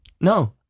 No